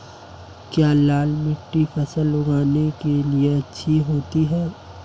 क्या लाल मिट्टी फसल उगाने के लिए अच्छी होती है?